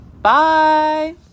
bye